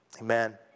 amen